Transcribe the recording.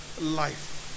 life